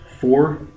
four